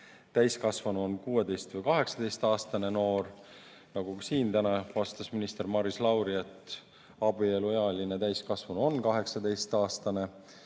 täiskasvanu on 16‑ või 18‑aastane noor. Nagu ka siin täna, vastas minister Maris Lauri, et abieluealine täiskasvanu on 18‑aastane.